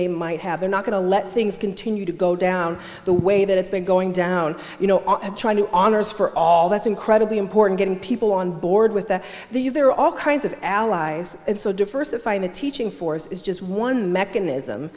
they might have they're not going to let things continue to go down the way that it's been going down you know and trying to honors for all that's incredibly important getting people on board with that these there are all kinds of allies and so diversifying the teaching force is just one mechanism